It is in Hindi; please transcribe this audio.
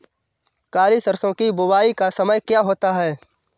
काली सरसो की बुवाई का समय क्या होता है?